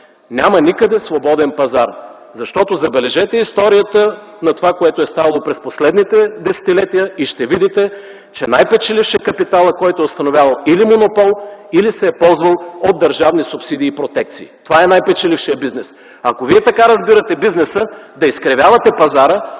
„Няма никъде свободен пазар”. Погледнете историята на това, което е ставало през последните десетилетия, и ще видите, че най-печеливш е капиталът, който е установявал или монопол, или се е ползвал от държавни субсидии и протекции. Това е най-печелившият бизнес. Ако Вие така разбирате бизнеса – да изкривявате пазара